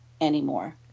anymore